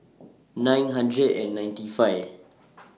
nine hundred and ninety five